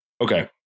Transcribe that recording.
Okay